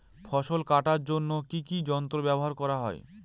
ফসল কাটার জন্য কি কি যন্ত্র ব্যাবহার করা হয়?